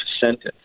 sentence